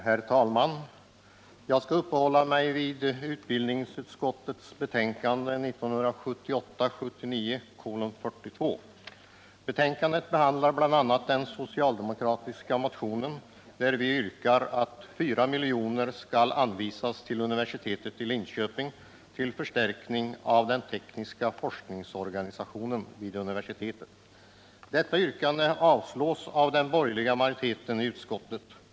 Herr talman! Jag skall uppehålla mig vid utbildningsutskottets betänkande 1978/79:42. Betänkandet behandlar bl.a. den socialdemokratiska motionen, där vi yrkar att 4 milj.kr. skall anvisas till universitetet i Linköping till förstärkning av den tekniska forskningsorganisationen vid universitetet. Detta yrkande föreslår den borgerliga majoriteten i utskottet avslag på.